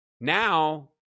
Now